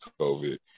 COVID